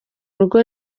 rugo